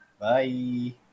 Bye